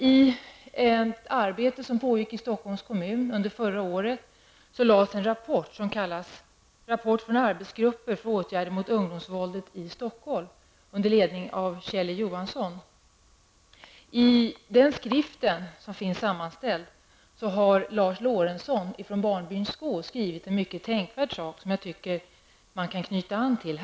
I ett arbete som pågick i Stockholms kommun under förra året lades en rapport fram som kallas denna rapport har Lars Lorentzon från barnbyn Skå skrivit en mycket tänkvärd sak som jag tycker att man kan knyta an till.